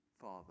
father